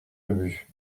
ubu